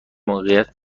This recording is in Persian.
موقعیت